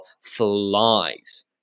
flies